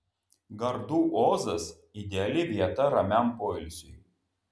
gardų ozas ideali vieta ramiam poilsiui